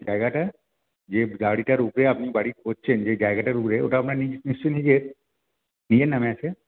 জায়গাটা যে উপরে আপনি বাড়িটা করছেন যে জায়গাটার উপরে ওটা নিশ্চয়ই নিজের নিজের নামে আছে